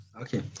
Okay